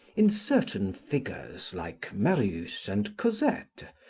in certain figures, like marius and cosette,